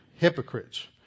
hypocrites